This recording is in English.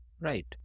Right